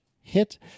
hit